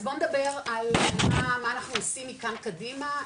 אז בוא נדבר על מה אנחנו עושים מכאן קדימה,